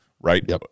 right